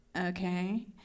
okay